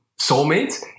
soulmates